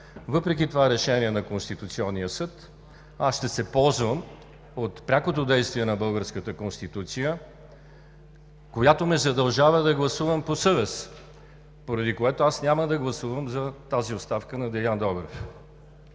Въпреки това решение на Конституционния съд аз ще се ползвам от прякото действие на българската Конституция, която ме задължава да гласувам по съвест, поради което няма да гласувам за тази оставка на Делян Добрев.